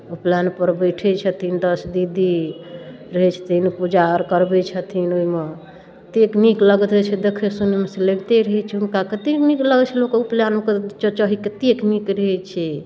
उपनयनपर बैठै छथिन दस दीदी रहै छथिन पूजा अर करबै छथिन ओइमे एतेक नीक लागैत रहै छै देखय सुनयमे से लगिते रहै छै हुनका कते नीक लगै छै लोकके उपनयनके चहचही कतेक नीक रहै छै